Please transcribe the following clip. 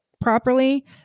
properly